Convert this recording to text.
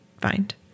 find